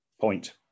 Point